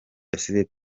yasize